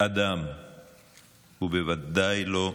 אדם ובוודאי לא בילדים,